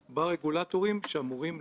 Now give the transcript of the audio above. כאילו הם שולטים בחברי הכנסת.